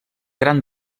gran